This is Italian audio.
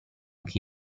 che